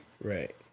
right